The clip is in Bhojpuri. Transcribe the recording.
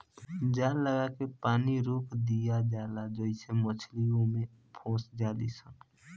जाल लागा के पानी रोक दियाला जाला आइसे मछली ओमे फस जाली सन